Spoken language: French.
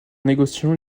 négociant